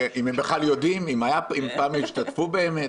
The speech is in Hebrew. אם הם בכלל יודעים, אם פעם השתתפו, באמת.